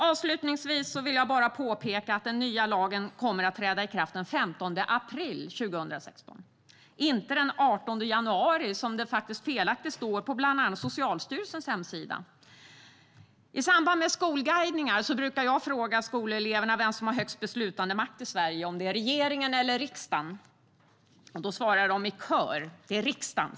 Avslutningsvis, herr talman, vill jag påpeka att den nya lagen träder i kraft den 15 april 2016, inte den 18 januari som det felaktigt står på bland annat Socialstyrelsens hemsida. I samband med skolguidningar brukar jag fråga skoleleverna vem som har högst beslutandemakt i Sverige - regeringen eller riksdagen? Då svarar de i kör: riksdagen.